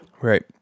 Right